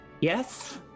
Yes